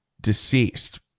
deceased